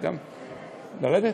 לרדת,